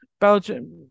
Belgium